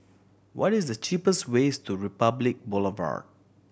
what is the cheapest ways to Republic Boulevard